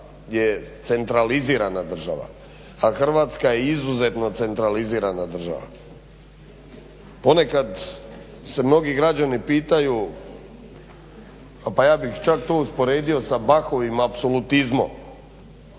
država je centralizirana država, a Hrvatska je izuzetno centralizirana država. Ponekad se mnogi građani pitaju pa ja bih čak to usporedio sa Bachovim apsolutizmom.